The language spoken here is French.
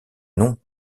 non